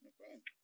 Okay